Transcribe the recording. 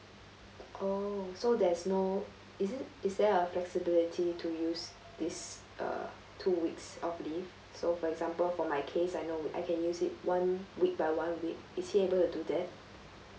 oh so there's no is it is there a flexibility to use this uh two weeks of leave so for example for my case I know I can use it one week by one week is he able to do that